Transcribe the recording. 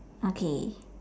okay